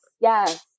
Yes